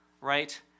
Right